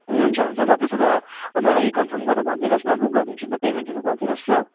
हुन्छ हुन्छ म त्यसोभए मलाई कन्फर्म गरेर भनिदिनुहोस् म बुक गरिदिन्छु नि त पेमेन्टहरू गरिदिनुहोस् ल